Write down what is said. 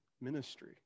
ministry